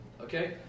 okay